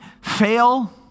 fail